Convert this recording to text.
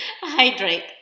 Hydrate